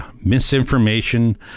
misinformation